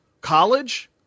College